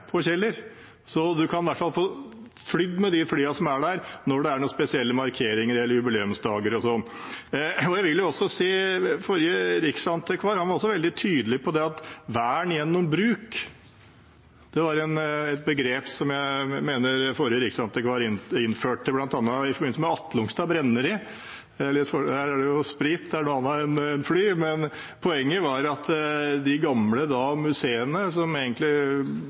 få flydd med de flyene som er der ved spesielle markeringer eller på jubileumsdager og sånt. Forrige riksantikvar var også veldig tydelig på vern gjennom bruk. Det var et begrep jeg mener forrige riksantikvar innførte, bl.a. i forbindelse med Atlungstad Brenneri. Der handler det om sprit – noe annet enn fly – men poenget var at de gamle museene